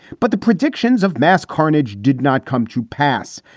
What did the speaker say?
but the predictions of mass carnage did not come to pass.